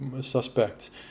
suspects